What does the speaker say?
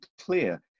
clear